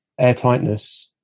airtightness